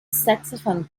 saxophone